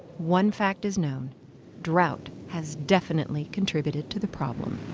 one fact is known drought has definitely contributed to the problem.